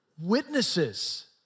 witnesses